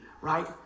right